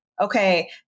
okay